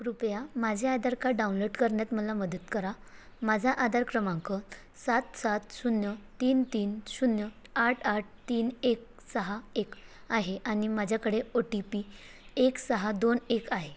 कृपया माझे Aadhaar card download करण्यात मला मदत करा माझा आधार क्रमांक सात सात शून्य तीन तीन शून्य आठ आठ तीन एक सहा एक आहे आणि माझ्याकडे ओ टी पी एक सहा दोन एक आहे